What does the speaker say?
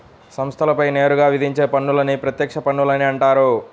సంస్థలపై నేరుగా విధించే పన్నులని ప్రత్యక్ష పన్నులని అంటారు